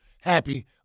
happy